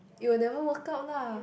it will never work out lah